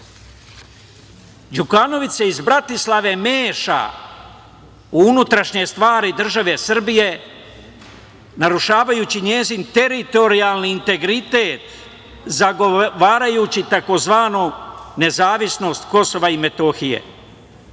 se iz Bratislave meša u unutrašnje stvari države Srbije, narušavajući njen teritorijalni integritet, zagovarajući tzv. nezavisnost KiM. Vi ste